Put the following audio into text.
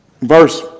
verse